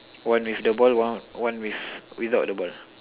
one with the ball one one with without the ball